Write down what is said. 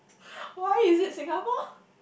why is it Singapore